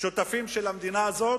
שותפים של המדינה הזאת.